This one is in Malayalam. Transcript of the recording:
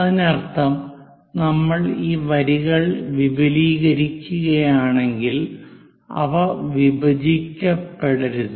അതിനർത്ഥം നമ്മൾ ഈ വരികൾ വിപുലീകരിക്കുകയാണെങ്കിൽ അവ വിഭജിക്കപ്പെടരുത്